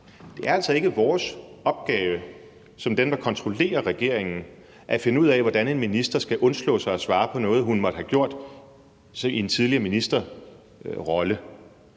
Det er altså ikke vores opgave som dem, der kontrollerer regeringen, at finde ud af, hvordan en minister skal undslå sig for at svare på noget, hun måtte have gjort i en tidligere ministerrolle.